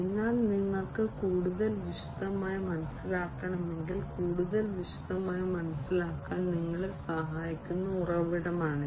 എന്നാൽ നിങ്ങൾക്ക് കൂടുതൽ വിശദമായി മനസ്സിലാക്കണമെങ്കിൽ കൂടുതൽ വിശദമായി മനസ്സിലാക്കാൻ നിങ്ങളെ സഹായിക്കുന്ന ഉറവിടമാണിത്